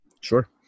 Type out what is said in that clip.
Sure